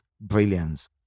brilliance